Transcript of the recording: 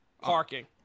Parking